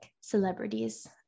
celebrities